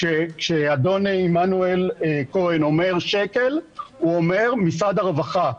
כשאדון עמנואל כהן אומר שק"ל הוא אומר משרד הרווחה,